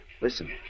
Listen